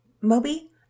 Moby